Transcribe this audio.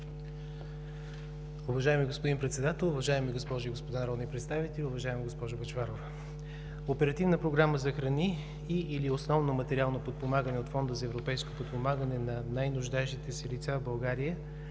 Оперативна програма за храни и/или основно материално подпомагане от Фонда за европейско подпомагане на най-нуждаещите се лица в България,